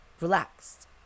relaxed